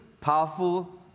powerful